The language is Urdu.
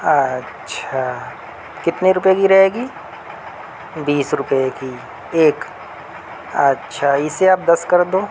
اچھا کتنے روپے کی رہے گی بیس روپے کی ایک اچھا اِسے آپ دس کر دو